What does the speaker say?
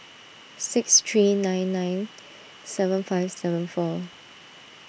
six three nine nine seven five seven four